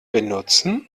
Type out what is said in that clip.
benutzen